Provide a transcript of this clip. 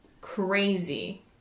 crazy